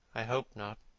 i hope not,